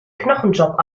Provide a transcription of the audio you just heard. knochenjob